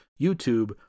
YouTube